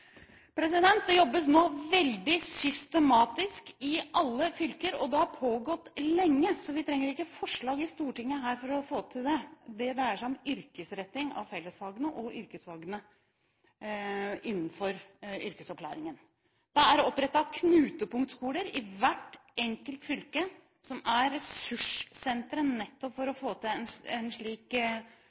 Det jobbes nå veldig systematisk i alle fylker, og dette har pågått lenge – vi trenger ikke forslag her i Stortinget for å få til det. Det dreier seg om yrkesretting av fellesfagene og yrkesfagene innenfor yrkesopplæringen. Det er opprettet knutepunktskoler i hvert enkelt fylke, som er ressurssentre nettopp for å få til en slik yrkesretting, så dette arbeidet er veldig godt i gang. Dette er en